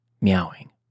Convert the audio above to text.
meowing